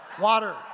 water